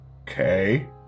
Okay